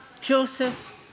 Joseph